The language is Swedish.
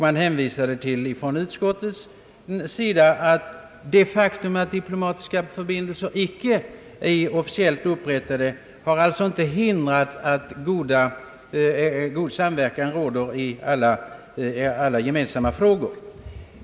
Man hänvisade då från utskottets sida till att det faktum att officiella diplomatiska förbindelser icke är upprättade inte hindrat att god samverkan råder i alla gemensamma frågor.